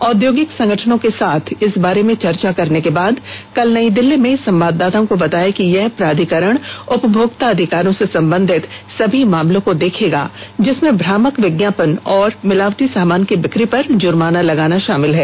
औधौगिक संगठनों के साथ इस बारे में चर्चा करने के बाद कल नई दिल्ली में संवाददाताओं को बताया कि यह प्राधिकरण उपभोक्ता अधिकारों से संबधित सभी मामलों को देखेगा जिसमें भ्रामक विज्ञापन और मिलावटी सामान की बिक्री पर जुर्माना लगाना शामिल है